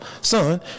son